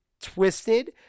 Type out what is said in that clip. twisted